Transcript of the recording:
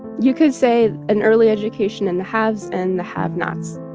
you could say an early education in the haves and the have-nots